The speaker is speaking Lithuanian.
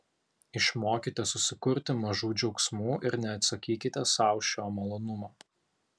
išmokite susikurti mažų džiaugsmų ir neatsakykite sau šio malonumo